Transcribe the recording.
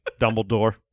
Dumbledore